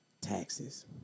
Taxes